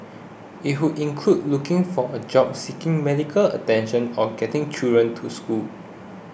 it could include looking for a job seeking medical attention or getting children to school